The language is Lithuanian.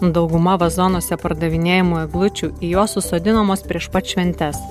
dauguma vazonuose pardavinėjamų eglučių jos susodinamos prieš pat šventes